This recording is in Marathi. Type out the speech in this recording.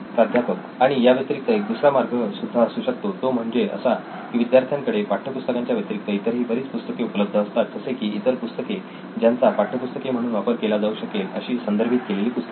प्राध्यापक आणि या व्यतिरिक्त एक दुसरा मार्ग सुद्धा असू शकतो तो म्हणजे असा की विद्यार्थ्यांकडे पाठ्यपुस्तकांच्या व्यतिरिक्त इतरही बरीच पुस्तके उपलब्ध असतात जसे की इतर पुस्तके ज्यांचा पाठ्यपुस्तके म्हणून वापर केला जाऊ शकेल अशी संदर्भित केलेली पुस्तके